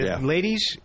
Ladies